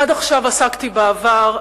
עד עכשיו עסקתי בעבר,